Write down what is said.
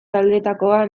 taldetakoa